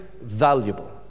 valuable